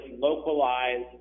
localized